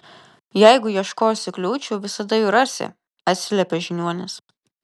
jeigu ieškosi kliūčių visada jų rasi atsiliepė žiniuonis